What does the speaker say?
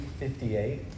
58